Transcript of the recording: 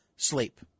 Sleep